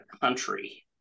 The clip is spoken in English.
country